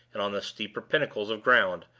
and on the steeper pinnacles of ground,